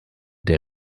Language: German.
der